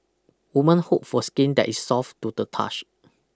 women hope for skin that is soft to the touch